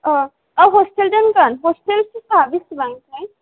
आह अह हस्टेल दोनगोन hostel fees आ बिसिबां